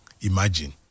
imagine